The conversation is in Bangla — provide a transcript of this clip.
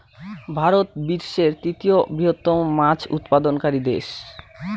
ভারত বিশ্বের তৃতীয় বৃহত্তম মাছ উৎপাদনকারী দেশ